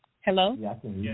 Hello